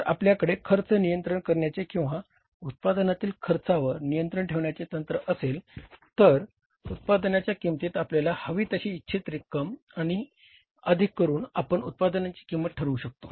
जर आपल्याकडे खर्च निंयंत्रण करण्याचे किंवा उत्पादनातील खर्चांवर नियंत्रण ठेवण्याचे तंत्र असेल तर उत्पादनाच्या किंमतीत आपल्याला हवी तशी इच्छित रक्कम अधिक करून आपण उत्पादनांची किंमत ठरवू शकतो